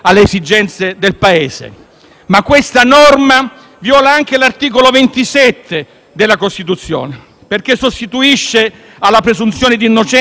Questa norma, però, viola anche l'articolo 27 della Costituzione, perché sostituisce alla presunzione di innocenza quella di colpevolezza.